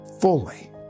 fully